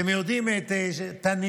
אתם מכירים את הנמב"י,